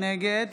נגד